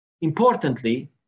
importantly